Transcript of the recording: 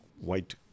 white